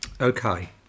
okay